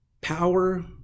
power